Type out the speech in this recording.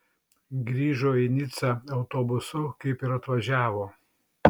grįžo į nicą autobusu kaip ir atvažiavo